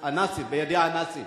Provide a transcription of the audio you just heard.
הנאצים, בידי הנאצים.